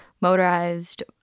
motorized